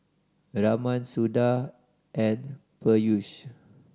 Raman Suda and Peyush